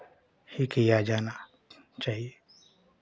ही किया जाना चाहिए